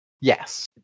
Yes